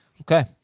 Okay